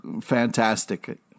fantastic